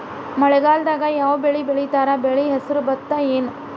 ಮಳೆಗಾಲದಾಗ್ ಯಾವ್ ಬೆಳಿ ಬೆಳಿತಾರ, ಬೆಳಿ ಹೆಸರು ಭತ್ತ ಏನ್?